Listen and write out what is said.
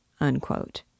unquote